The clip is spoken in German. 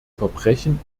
verbrechen